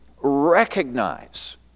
recognize